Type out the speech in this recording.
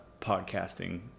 podcasting